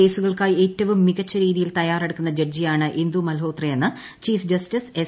കേസുകൾക്കായി ഏറ്റവും മികച്ച രീതിയിൽ തയ്യാറെടുക്കുന്ന ജഡ്ജിയാണ് ഇന്ദു മൽഹോത്രയെന്ന് ചീഫ് ജസ്റ്റിസ് എസ്